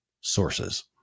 sources